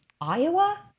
Iowa